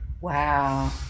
Wow